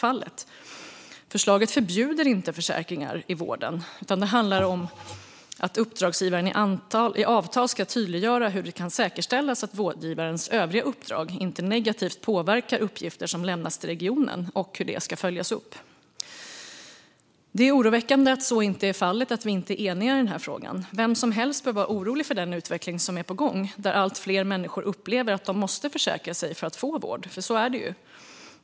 Förslaget förbjuder inte försäkringar i vården, utan det handlar om att uppdragsgivaren i avtal ska tydliggöra hur det kan säkerställas att vårdgivarens övriga uppdrag inte negativt påverkar uppgifter som lämnats till regionen och hur detta ska följas upp. Det är oroväckande att så inte är fallet - att vi inte är eniga i denna fråga. Vem som helst bör vara orolig för den utveckling som är på gång, där allt fler människor upplever att de måste försäkra sig för att få vård.